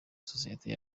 sosiyete